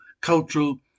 cultural